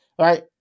Right